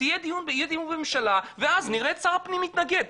יהיה דיון בתוך הממשלה ואז נראה את שר הפנים מתנגד,